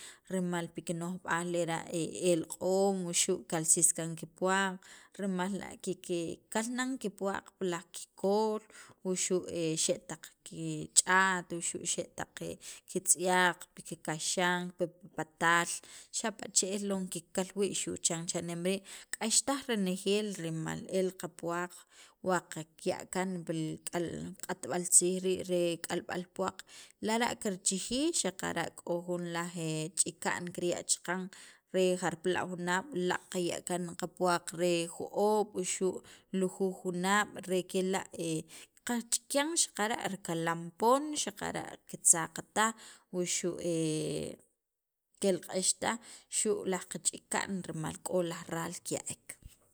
rimal pi kino'jb'aal lera' e elq'oom wuxu' qalsis kaan kipuwaq rimal la' kikal nan kipuwaq pi kikol, wuxu' xe' taq kich'aat, wuxu' xe' taq kitz'yaq pi kikaxan, pi kipataal xapa' che'el lon kikal wii', xu' chan cha'nem rii' k'axtaj renejeel rimal el qapuwaq wa qaya' kaan pil k'al q'atb'al tziij rii' re kalb'al puwaq lara' kirchijij xaqara' k'o jun laj chika'n kirya' chaqan re jarpala' junaab' laaq' qaya' kaan qapuwaq re jo'oob' wuxu' lujuuj junaab' re kela' qach'ikyan xaqara' rikalam poon xaqara' kitzaq taj wuxu' kelq'extaj xu' laj qachika'n rimal k'o laj raal kiya'ek.